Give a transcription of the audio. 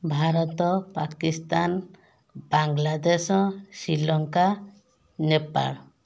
Bharat Pakistan Bangladesh Sri Lanka Nepal